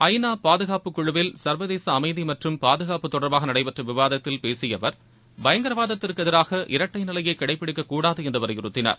ஐ நா பாதுகாப்புக் குழுவில் சா்வதேச அமைதி மற்றும் பாதுகாப்பு தொடர்பாக நடைபெற்ற விவாதத்தில் உரையாற்றி அவர் பயங்கரவாதத்திற்கு எதிராக இரட்டை நிலையை கடைபிடிக்கக் கூடாது என்று வலியுறுத்தினார்